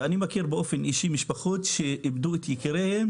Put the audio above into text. ואני מכיר באופן אישי משפחות שאיבדו את יקיריהן